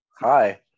Hi